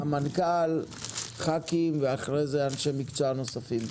המנכ"ל, ח"כים ואחרי זה אנשי מקצוע נוספים.